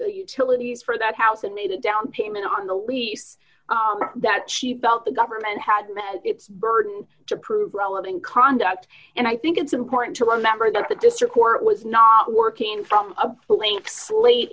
for utilities for that house and made a down payment on the lease that she felt the government had met its burden to prove relevant conduct and i think it's important to remember that the district court was not working from a blank slate